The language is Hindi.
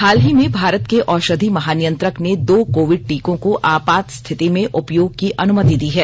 हाल ही में भारत के औषधि महानियंत्रक ने दो कोविड टीकों को आपात स्थिति में उपयोग की अनुमति दी है